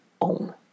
own